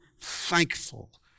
thankful